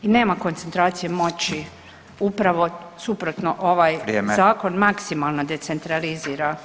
I nema koncentracije moći, upravo suprotno, ovaj [[Upadica: Vrijeme.]] Zakon maksimalno decentralizira.